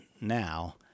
now